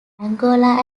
angola